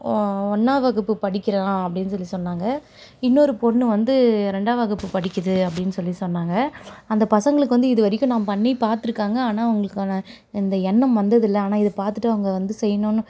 ஓ ஒன்றாம் வகுப்பு படிக்கிறான் அப்படின்னு சொல்லி சொன்னாங்க இன்னொரு பொண்ணு வந்து ரெண்டாம் வகுப்பு படிக்கிறது அப்படின்னு சொல்லி சொன்னாங்க அந்த பசங்களுக்கு வந்து இதுவரைக்கும் நான் பண்ணி பார்த்துருக்காங்க ஆனால் அவங்களுக்கு ஆனால் இந்த எண்ணம் வந்ததில்லை ஆனால் இதை பார்த்துட்டு அவங்கள் வந்து செய்யணும்ன்னு